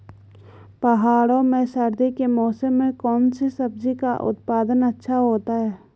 पहाड़ों में सर्दी के मौसम में कौन सी सब्जी का उत्पादन अच्छा होता है?